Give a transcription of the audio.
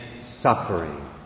suffering